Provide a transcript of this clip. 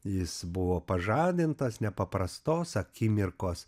jis buvo pažadintas nepaprastos akimirkos